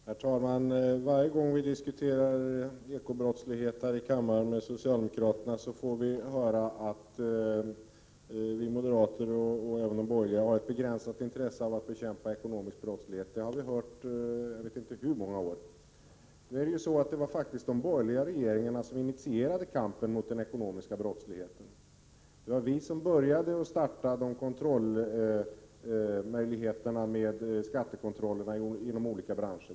Herr talman! Varje gång vi diskuterar ekonomisk brottslighet i riksdagen med socialdemokraterna får vi höra att vi moderater och även andra borgerliga har ett begränsat intresse av att bekämpa ekonomisk brottslighet. Det har vi fått höra under jag vet inte hur många år. Det var faktiskt de borgerliga regeringarna som initierade kampen mot den ekonomiska brottsligheten. Det var vi som startade med skattekontroller inom olika branscher.